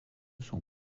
sont